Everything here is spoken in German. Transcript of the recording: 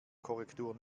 korrektur